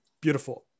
beautiful